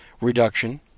reduction